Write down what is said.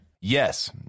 Yes